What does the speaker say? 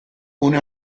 une